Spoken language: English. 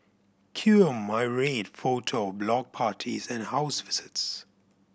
cue a myriad photo of block parties and house visits